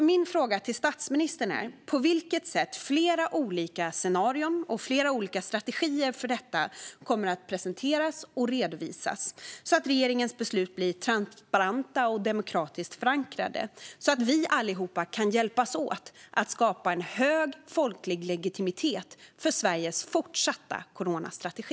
Min fråga till statsministern är: På vilket sätt kommer flera olika scenarier och strategier för detta att presenteras och redovisas så att regeringens beslut blir transparenta och demokratiskt förankrade så att vi allihop kan hjälpas åt att skapa en hög folklig legitimitet för Sveriges fortsatta coronastrategi?